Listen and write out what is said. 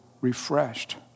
refreshed